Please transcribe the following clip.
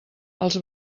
els